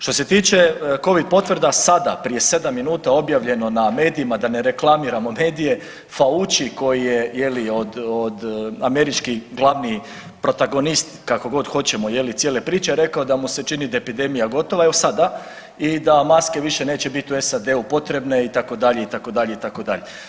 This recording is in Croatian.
Što se tiče Covid potvrda sada prije 7 minuta objavljeno na medijima da ne reklamiramo medij, Fauci koji je od američki glavni protagonist kako god hoćemo je li cijele priče je rekao da mu se čini da je epidemija gotova evo sada i da maske više neće biti u SAD-u potrebne itd., itd., itd.